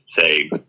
say